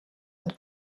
und